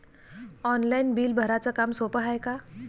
Online bill भराच काम सोपं हाय का?